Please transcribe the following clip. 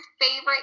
favorite